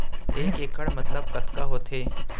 एक इक्कड़ मतलब कतका होथे?